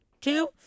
Two